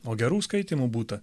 o gerų skaitymų būta